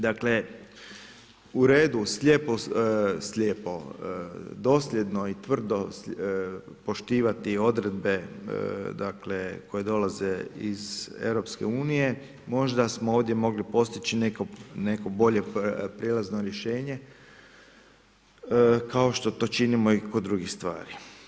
Dakle, u redu slijepo, dosljedno i tvrdo poštivati odredbe koje dolaze iz EU-a, možda smo ovdje mogli postići neko bolje prijelazno rješenje kao što to činimo i kod drugih stvari.